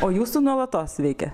o jūsų nuolatos veikia